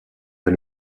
est